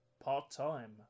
part-time